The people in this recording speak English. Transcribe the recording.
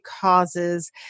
causes